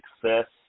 success